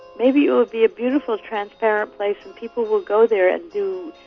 maybe it will be a beautiful, transparent place, and people will go there and do